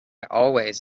always